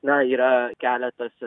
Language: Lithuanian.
na yra keletas